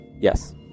Yes